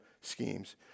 schemes